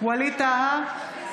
ווליד טאהא,